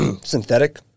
synthetic